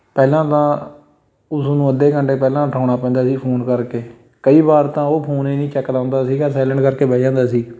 ਪਹਿਲਾਂ ਤਾਂ ਉਸਨੂੰ ਅੱਧੇ ਘੰਟੇ ਪਹਿਲਾਂ ਉਠਾਉਣਾ ਪੈਂਦਾ ਸੀ ਫੋਨ ਕਰਕੇ ਕਈ ਵਾਰ ਤਾਂ ਉਹ ਫੋਨ ਹੀ ਨਹੀਂ ਚੱਕਦਾ ਹੁੰਦਾ ਸੀਗਾ ਸਾਇਲੈਂਟ ਕਰਕੇ ਬਹਿ ਜਾਂਦਾ ਸੀ